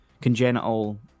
congenital